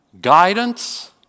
guidance